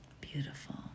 Beautiful